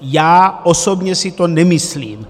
Já osobně si to nemyslím.